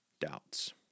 doubts